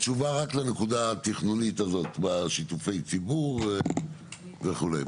תשובה רק לנקודה התכנונית הזאת בשיתופי הציבור וכו'.